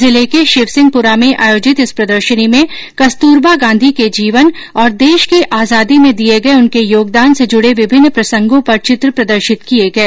जिले के शिवसिंहपुरा में आयोजित इस प्रदर्शनी में कस्तुरबा गांधी के जीवन और देश की आजादी में दिए गए उनके योगदान से जुड़े विभिन्न प्रसंगों पर चित्र प्रदर्शित किए गए